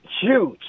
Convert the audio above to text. huge